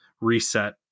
reset